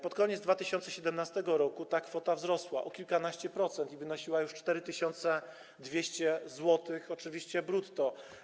Pod koniec 2017 r. ta kwota wzrosła o kilkanaście procent i wynosiła już 4200 zł, oczywiście brutto.